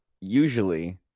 usually